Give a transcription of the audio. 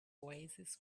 oasis